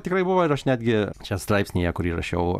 tikrai buvo ir aš netgi čia straipsnyje kurį rašiau